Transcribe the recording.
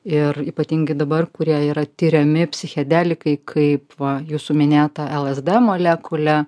ir ypatingai dabar kurie yra tiriami psichedelikai kaip va jūsų minėta lsd molekulė